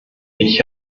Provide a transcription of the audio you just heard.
mich